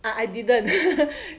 I I didn't